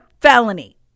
felony